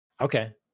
Okay